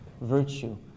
virtue